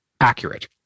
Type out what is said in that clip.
accurate